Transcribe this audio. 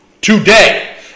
Today